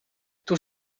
toen